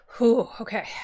Okay